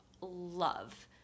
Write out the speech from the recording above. love